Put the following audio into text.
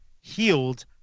healed